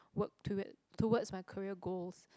work to it towards my career goals